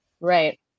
Right